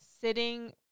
sitting